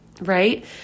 right